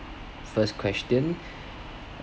first question